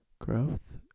Growth